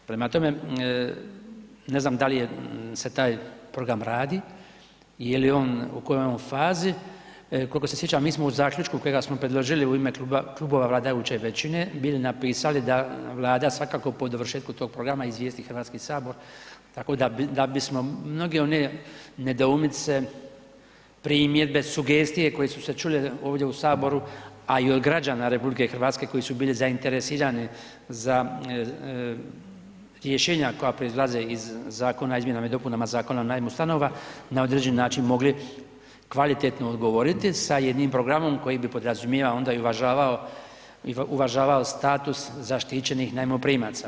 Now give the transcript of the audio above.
Prema tome, ne znam da li se taj program radi, u kojoj je on fazi, koliko se sjećam mi smo u zaključku kojeg smo predložili u ime klubova vladajuće većine bili napisali da Vlada svakako po završetku tog programa izvijesti Hrvatski sabor tako da bismo mnoge one nedoumice, primjedbe, sugestije koje su se čule ovdje u HS, a i od građana RH koji su bili zainteresirani za rješenja koja proizlaze iz Zakona o izmjenama i dopunama Zakona o najmu stanova, na određeni način mogli kvalitetno odgovoriti sa jednim programom koji bi podrazumijevao onda i uvažavao, uvažavao status zaštićenim najmoprimaca.